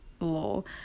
lol